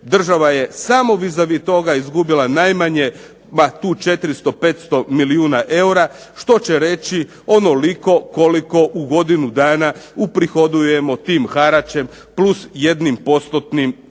država je samo vis-a-vis toga izgubila najmanje ma tu 400, 500 milijuna eura. Što će reći, onoliko koliko u godinu dana uprihodujemo tim haračem + jednim postotnim većim